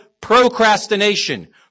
procrastination